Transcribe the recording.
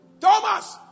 Thomas